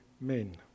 men